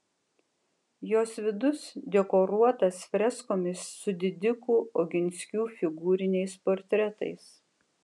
jos vidus dekoruotas freskomis su didikų oginskių figūriniais portretais